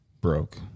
broke